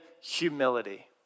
humility